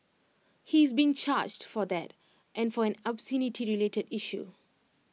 he is being charged for that and for an obscenity related issue